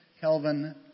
Kelvin